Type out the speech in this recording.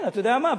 כן, אתה יודע מה?